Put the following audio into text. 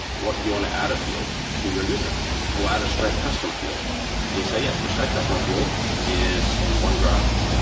do you want to add a field to your user? it will add a stripe customer field and you say, yes, the stripe customer field is in onegraph,